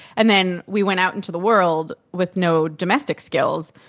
and then we went out into the world with no domestic skills.